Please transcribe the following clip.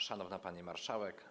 Szanowna Pani Marszałek!